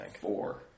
four